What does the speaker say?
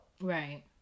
Right